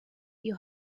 die